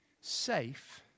safe